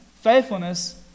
faithfulness